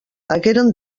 hagueren